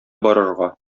барырга